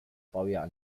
baujahr